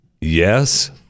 Yes